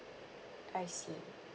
I see